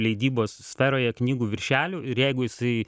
leidybos sferoje knygų viršelių ir jeigu jisai